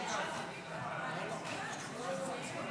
לא.